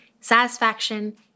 satisfaction